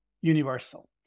universal